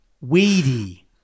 weedy